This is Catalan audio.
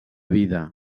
vida